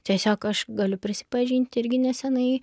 tiesiog aš galiu prisipažinti irgi nesenai